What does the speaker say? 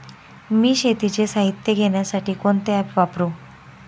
मी शेतीचे साहित्य घेण्यासाठी कोणते ॲप वापरु?